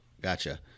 gotcha